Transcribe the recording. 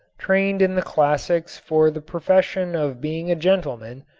trained in the classics for the profession of being a gentleman,